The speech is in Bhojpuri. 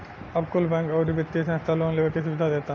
अब कुल बैंक, अउरी वित्तिय संस्था लोन लेवे के सुविधा देता